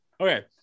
okay